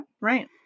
Right